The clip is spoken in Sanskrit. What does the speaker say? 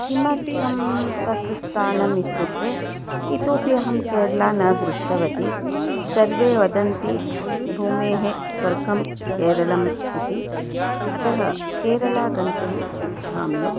किमर्थं तत् स्थानम् इत्युक्ते इतोपि अहं केरलां न दृष्टवती सर्वे वदन्ति भूमेः स्वर्गं केरलम् इति अतः केरलां गन्तुम् इच्छामि